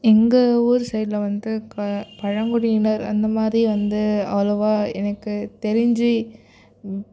எங்கள் ஊர் சைடில் வந்து கா பழங்குடியினர் அந்த மாதிரி வந்து அவ்வளோவா எனக்கு தெரிஞ்சு